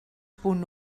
punt